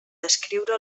descriure